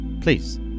please